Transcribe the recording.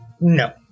No